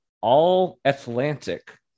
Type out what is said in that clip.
All-Atlantic